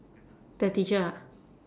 the teacher ah